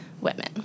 women